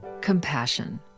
compassion